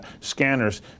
scanners